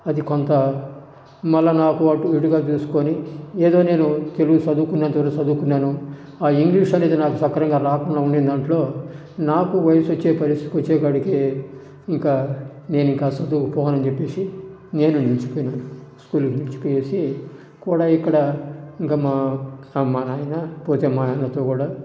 అది కొంత మళ్ళీ నాకు అటు ఇటుగా చేసుకొని ఏదో నేను తిరిగి చదువుకునేంత వరకు చదువుకున్నాను ఆ ఇంగ్లీష్ అనేది నాకు సకరంగా రాక ఉండేదాంట్లో నాకు వయసు వచ్చే పరిస్థితికి వచ్చేకాడికి ఇంకా నేను చదువుకి పోను అని చెప్పేసి నేను నిలిచిపోయిన స్కూల్ నిలిచిపోయేసి కూడా ఇక్కడ ఇంకా మా మా నాయన పోతే అన్నతో కూడా